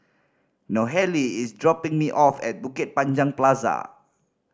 Nohely is dropping me off at Bukit Panjang Plaza